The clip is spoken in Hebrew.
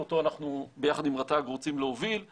אותו אנחנו ביחד עם רט"ג רוצים להוביל;